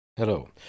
Hello